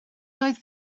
doedd